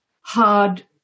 hard